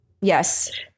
Yes